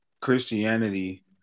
Christianity